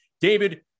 David